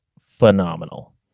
phenomenal